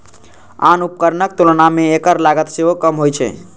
आन उपकरणक तुलना मे एकर लागत सेहो कम होइ छै